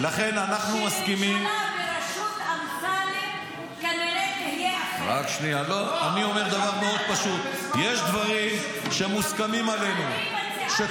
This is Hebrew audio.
אלה שמביאים את החוק --- אני מעולם לא אמרתי לך שאת תומכת טרור.